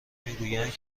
میگویند